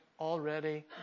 already